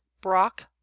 Brock